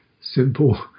simple